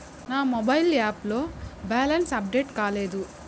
నా mobile app లో balance update కాలేదు